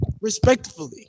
Respectfully